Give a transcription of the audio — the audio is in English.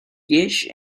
gish